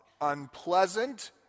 unpleasant